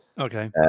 Okay